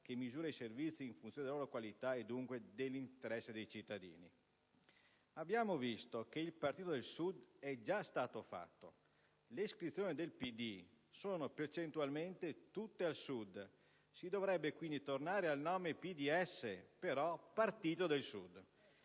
che misura i servizi in funzione della loro qualità e dunque dell'interesse dei cittadini. Abbiamo visto che il Partito del Sud è già stato fatto: le iscrizioni del PD sono percentualmente tutte al Sud, si dovrebbe quindi tornare al nome PDS, però come Partito del Sud!